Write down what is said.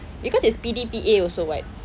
because it's P_D_P_A also [what]